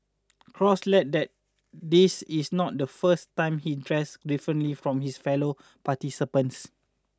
cross let that this is not the first time he dressed differently from his fellow participants